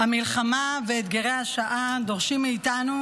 המלחמה ואתגרי השעה דורשים מאיתנו